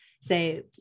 say